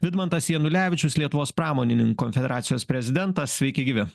vidmantas janulevičius lietuvos pramonininkų konfederacijos prezidentas sveiki gyvi